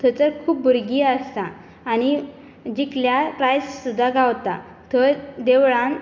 थंयसर खूब भुरगीं आसा आनी जिखल्यार प्रायस सुद्दाे गावता थंय देवळांत